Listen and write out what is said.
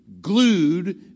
glued